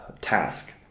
task